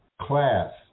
class